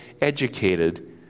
educated